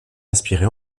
aspirées